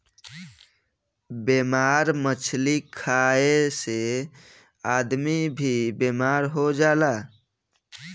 बेमार मछली खाए से आदमी भी बेमार हो जाला